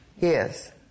Yes